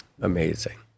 Amazing